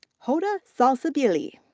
hoda salsabili.